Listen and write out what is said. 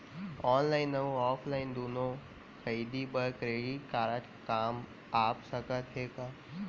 Online अऊ offline दूनो खरीदी बर क्रेडिट कारड काम आप सकत हे का?